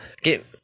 Get